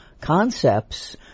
concepts